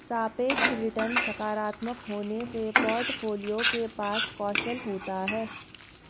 सापेक्ष रिटर्न सकारात्मक होने से पोर्टफोलियो के पास कौशल होता है